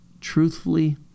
truthfully